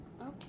okay